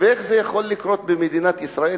איך זה יכול לקרות במדינת ישראל,